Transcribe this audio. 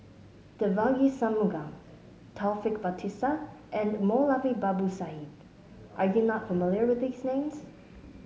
Devagi Sanmugam Taufik Batisah and Moulavi Babu Sahib are you not familiar with these names